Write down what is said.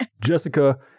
jessica